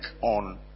on